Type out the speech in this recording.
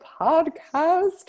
podcast